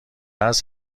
است